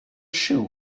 shoe